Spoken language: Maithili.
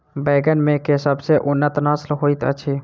बैंगन मे केँ सबसँ उन्नत नस्ल होइत अछि?